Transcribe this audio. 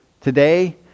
Today